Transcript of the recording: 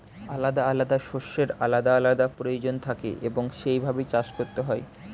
আলাদা আলাদা শস্যের আলাদা আলাদা প্রয়োজন থাকে এবং সেই ভাবে চাষ করতে হয়